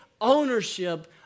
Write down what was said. ownership